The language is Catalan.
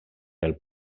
pel